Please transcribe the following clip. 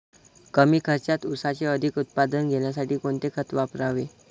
कमी खर्चात ऊसाचे अधिक उत्पादन घेण्यासाठी कोणते खत वापरावे?